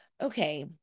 okay